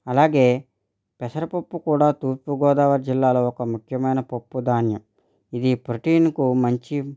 అలాగే పెసరుపప్పు కూడా తూర్పు గోదావరి జిల్లాలో ఒక ముఖ్యమైన పప్పు ధాన్యం ఇది ప్రోటీన్కు మంచి